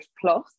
plus